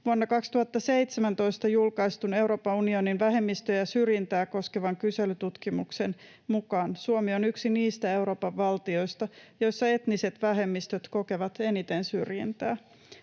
Vuonna 2017 julkaistun Euroopan unionin vähemmistöjen syrjintää koskevan kyselytutkimuksen mukaan Suomi on yksi niistä Euroopan valtioista, joissa etniset vähemmistöt kokevat eniten syrjintää.